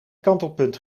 kantelpunt